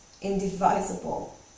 indivisible